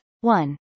One